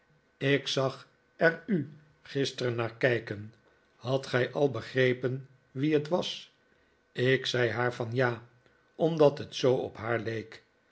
ik zag er u gisteren naar kijken hadt gij al begrepen wie het was ik zei haar van ja omdat het zoo op haar leek